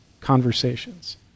conversations